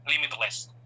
Limitless